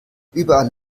überall